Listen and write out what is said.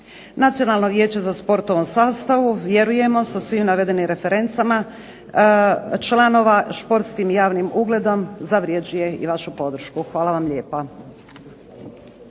Nacionalno vijeće za sport u ovom sastavu vjerujemo sa svim navedenim referencama članova športskim i javnim ugledom zavrjeđuje i vašu podršku. Hvala vam lijepa.